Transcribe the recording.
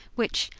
which,